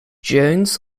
jones